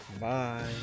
Bye